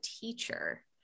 teacher